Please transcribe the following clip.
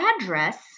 address